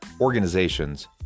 organizations